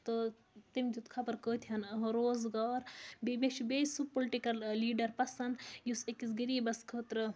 تہٕ تٔمۍ دیُت خبر کۭتِہَن روزگار بیٚیہِ مےٚ چھِ بیٚیہِ سُہ پُلٹِکَل لیٖڈَر پَسنٛد یُس أکِس غریٖبَس خٲطرٕ